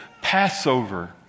Passover